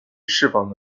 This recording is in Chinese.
释放